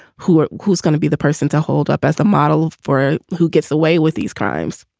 who are who's gonna be the person to hold up as a model for who gets away with these crimes?